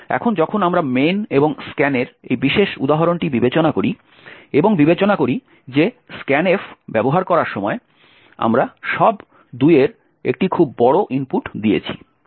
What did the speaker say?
এখন যখন আমরা main এবং scan এর এই বিশেষ উদাহরণটি বিবেচনা করি এবং বিবেচনা করি যে scanf ব্যবহার করার সময় আমরা সব 2 এর একটি খুব বড় ইনপুট দিয়েছি